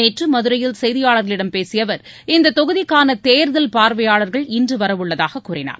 நேற்று மதுரையில் செய்தியாளர்களிடம் பேசிய அவர் இந்த தொகுதிக்கான தேர்தல் பார்வையாளர்கள் இன்று வரவுள்ளதாக கூறினார்